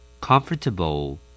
Comfortable